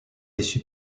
déçu